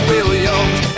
Williams